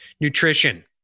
nutrition